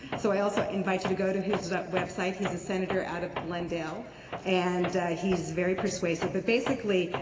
so i also invite you to go to his website, he's a senator out of glendale and he's very persuasive, but basically,